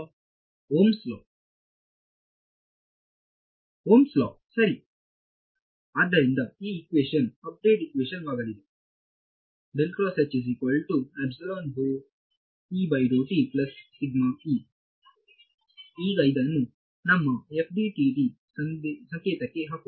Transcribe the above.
ವಿದ್ಯಾರ್ಥಿ ಓಂಸ್ ಲಾOhm's law Ohm's law ಸರಿ ಆದ್ದರಿಂದ ಈ ಇಕ್ವೇಶನ್ ಅಪ್ಡೇಟ್ ಇಕ್ವೇಶನ್ ವಾಗಲಿದೆ ಈಗ ಇದನ್ನು ನಮ್ಮ FDTD ಸಂಕೇತಕ್ಕೆ ಹಾಕುವ